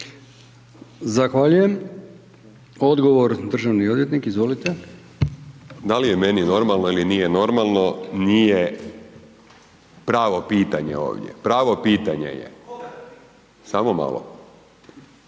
Zahvaljujem. Odgovor, državni odvjetnik, izvolite. **Jelenić, Dražen** Da li je meni normalno ili nije normalno, nije pravo pitanje ovdje. Pravo pitanje je …